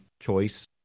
choice